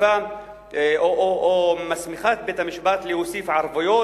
מוסיפה או מסמיכה את בית-המשפט להוסיף ערבויות,